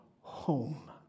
home